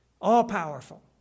all-powerful